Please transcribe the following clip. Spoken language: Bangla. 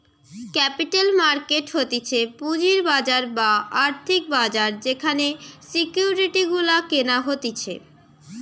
ক্যাপিটাল মার্কেট হতিছে পুঁজির বাজার বা আর্থিক বাজার যেখানে সিকিউরিটি গুলা কেনা হতিছে